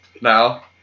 Now